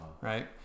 right